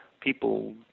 People